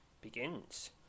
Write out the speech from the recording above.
Begins